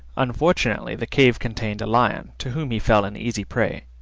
unfortunately the cave contained a lion, to whom he fell an easy prey.